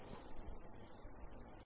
ధన్యవాదాలు